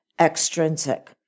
extrinsic